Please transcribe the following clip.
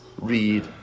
read